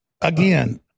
Again